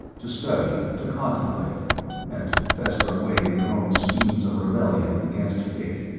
to study, to contemplate and to fester away in your own schemes of rebellion against fate.